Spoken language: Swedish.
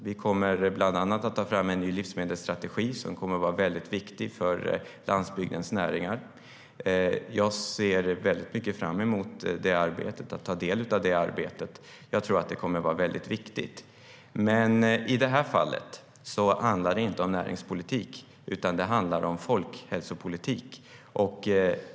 Vi kommer bland annat att ta fram en ny livsmedelsstrategi som kommer att vara väldigt viktig för landsbygdens näringar. Jag ser mycket fram emot att ta del av det arbetet. Jag tror att det kommer att vara väldigt viktigt. Men i det här fallet handlar det inte om näringspolitik, utan det handlar om folkhälsopolitik.